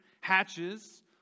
hatches